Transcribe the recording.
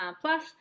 plus